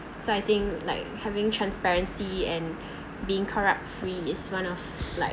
so I think like having transparency and being corrupt free is one of like